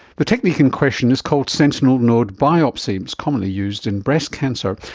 the technique in question is called sentinel node biopsy, it's commonly used in breast cancer,